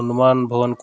ହନୁମାନ୍ ଭଗବାନ୍